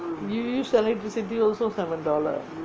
you use electricity also seven dollar